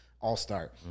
all-star